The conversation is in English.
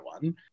one